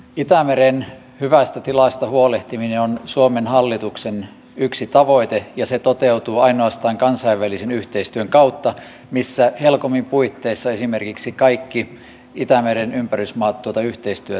itämeren hyvästä tilasta huolehtiminen on suomen hallituksen yksi tavoite ja se toteutuu ainoastaan kansainvälisen yhteistyön kautta missä helcomin puitteissa esimerkiksi kaikki itämeren ympärysmaat tuota yhteistyötä tekevät